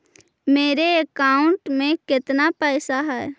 मेरे अकाउंट में केतना पैसा है?